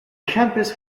campus